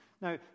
Now